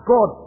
God